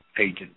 agent